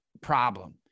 problem